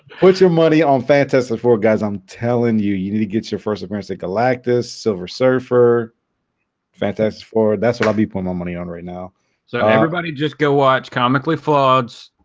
put your money on fantastic four guys i'm telling you you need to get your first appearance that galactus silver surfer fantastic four that's what i'll be putting my money on right now so everybody just go watch comically frauds